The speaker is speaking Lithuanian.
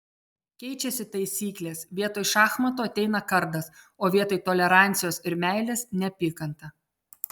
keičiasi taisyklės vietoj šachmatų ateina kardas o vietoj tolerancijos ir meilės neapykanta